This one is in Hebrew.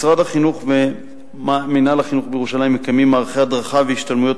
משרד החינוך ומינהל החינוך בירושלים מקיימים מערכי הדרכה והשתלמויות